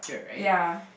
ya